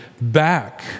back